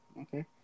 okay